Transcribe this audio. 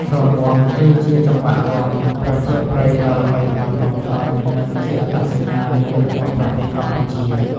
រាំវង់ គឺជាចង្វាក់រាំប្រជាប្រិយដ៏ល្បីល្បាញបំផុត និងជាអត្តសញ្ញាណមួយរបស់ប្រទេសកម្ពុជា។